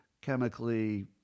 chemically